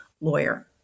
lawyer